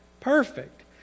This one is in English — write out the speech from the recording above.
perfect